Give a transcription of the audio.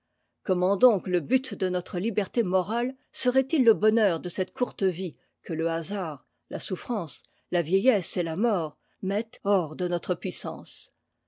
comment donc le but de notre liberté morale serait-il le bonheur de cette courte vie que le hasard la souffrance la vieillesse et la mort mettent hors de notre puissance